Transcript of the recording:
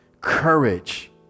courage